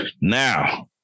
Now